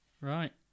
Right